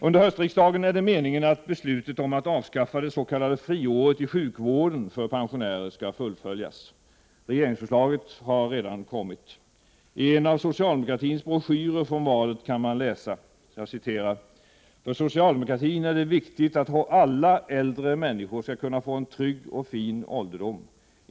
Under höstriksdagen är det meningen att beslutet om att avskaffa det s.k. friåret i sjukvården för pensionärer skall fullföljas. Regeringsförslaget har redan kommit. I en av socialdemokratins broschyrer från valet kan man läsa: ”För socialdemokratin är det viktigt att alla äldre människor skall kunna få en trygg och fin ålderdom.